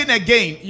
again